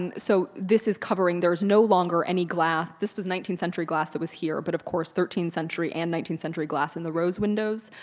and so this is covering. there's no longer any glass. this was nineteenth century glass that was here, but of course, thirteenth century and nineteenth century glass in the rose windows.